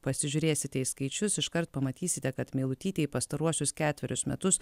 pasižiūrėsite į skaičius iškart pamatysite kad meilutytei pastaruosius ketverius metus